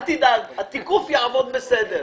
אל תדאג, התיקוף יעבוד בסדר,